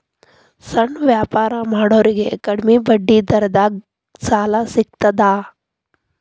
ಸಣ್ಣ ವ್ಯಾಪಾರ ಮಾಡೋರಿಗೆ ಕಡಿಮಿ ಬಡ್ಡಿ ದರದಾಗ್ ಸಾಲಾ ಸಿಗ್ತದಾ?